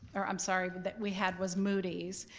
or i'm sorry, that we had was moody's,